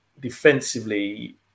defensively